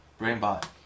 Brainbot